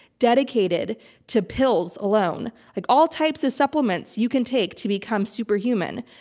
dedicated to pills alone like all types of supplements you can take to become superhuman.